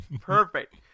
Perfect